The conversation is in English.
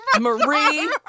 marie